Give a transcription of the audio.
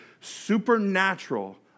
supernatural